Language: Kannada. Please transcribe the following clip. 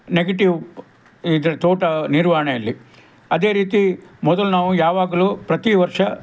ನೆಗೆಟಿವ್ ಇದು ತೋಟ ನಿರ್ವಹಣೆಯಲ್ಲಿ ಅದೇ ರೀತಿ ಮೊದಲು ನಾವು ಯಾವಾಗಲು ಪ್ರತಿ ವರ್ಷ